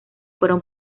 fueron